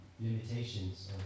limitations